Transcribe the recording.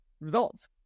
results